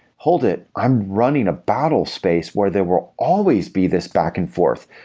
hold it. i'm running a battle space where there will always be this back and forth.